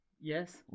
Yes